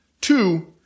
Two